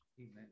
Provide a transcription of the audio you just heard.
Amen